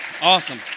Awesome